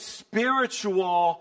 spiritual